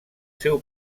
seu